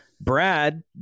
Brad